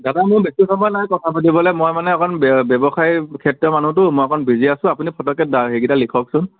দাদা মোৰ বেছি সময় নাই কথা পাতিবলৈ মই মানে অকণ বে ব্যৱসায় ক্ষেত্ৰৰ মানুহটো মই অকণ বিজি আছো আপুনি ফটকৈ সেইকেইটা লিখকচোন